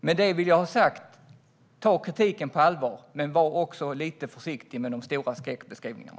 Med detta vill jag ha sagt: Ta kritiken på allvar, men var också lite försiktig med de stora skräckbeskrivningarna!